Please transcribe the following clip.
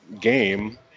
game